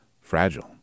fragile